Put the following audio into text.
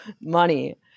money